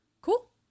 cool